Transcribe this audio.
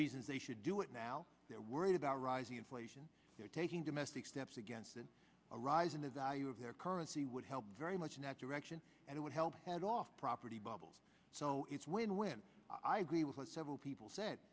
reasons they should do it now they're worried about rising inflation they're taking domestic steps against a rise in the value of their currency would help very much naturellement and it would help head off property bubble so it's win win i agree with what several people said